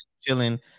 chilling